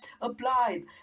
applied